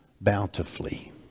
bountifully